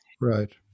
Right